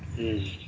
mm